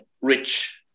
Rich